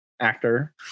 actor